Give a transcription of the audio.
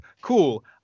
cool